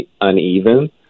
uneven